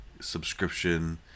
subscription